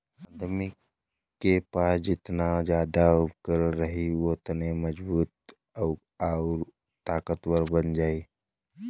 आदमी के पास जेतना जादा उपकरण रही उ ओतने मजबूत आउर ताकतवर बन जाई